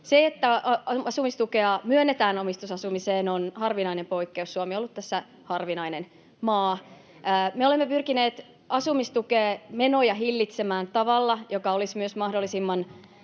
Se, että asumistukea myönnetään omistusasumiseen, on harvinainen poikkeus — Suomi on ollut tässä harvinainen maa. [Kim Berg: Harvinaisen hyvä!] Me olemme pyrkineet asumistukimenoja hillitsemään tavalla, joka olisi myös mahdollisimman